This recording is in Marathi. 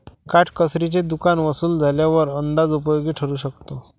काटकसरीचे दुकान वसूल झाल्यावर अंदाज उपयोगी ठरू शकतो